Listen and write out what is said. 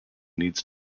needs